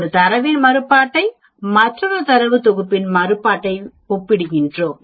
ஒரு தரவின் மாறுபாட்டை மற்ற தரவு தொகுப்பின் மாறுபாட்டை ஒப்பிடுகிறேன்